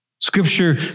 Scripture